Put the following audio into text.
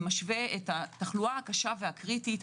זה משווה את התחלואה הקשה והקריטית,